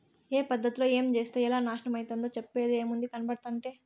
ఏ పద్ధతిలో ఏంచేత్తే ఎలా నాశనమైతందో చెప్పేదేముంది, కనబడుతంటే